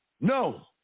No